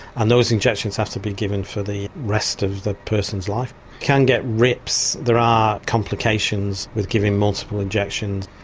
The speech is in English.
and those injections have to be given for the rest of the person's life. you can get rips, there are complications with giving multiple injections.